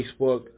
Facebook